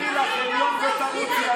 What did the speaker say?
לכי לחניון ותרוצי,